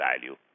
value